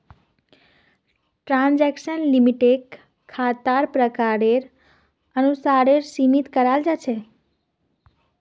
transaction लिमिटक खातार प्रकारेर अनुसारेर सीमित कराल जा छेक